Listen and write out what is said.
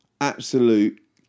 Absolute